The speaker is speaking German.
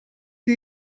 die